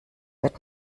wird